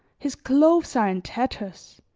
his clothes are in tatters,